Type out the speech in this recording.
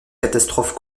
catastrophe